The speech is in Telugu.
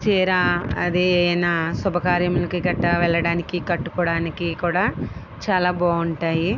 చీర అది ఏదైనా శుభకార్యములకి గట్టా వెళ్ళడానికి కట్టుకోవడానికి కూడా చాలా బాగుంటాయి